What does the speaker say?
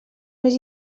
més